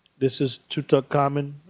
this is tutankhamen,